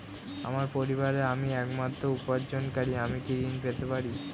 আমার পরিবারের আমি একমাত্র উপার্জনকারী আমি কি ঋণ পেতে পারি?